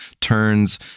turns